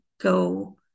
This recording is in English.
go